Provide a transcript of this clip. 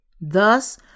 Thus